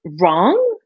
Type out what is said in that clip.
wrong